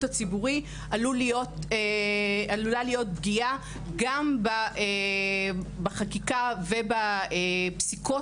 הציבורי עלולה להיות פגיעה גם בחקיקה ובפסיקות